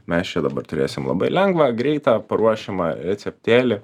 mes čia dabar turėsim labai lengvą greitą paruošimą receptėlį